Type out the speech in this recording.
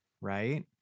right